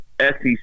SEC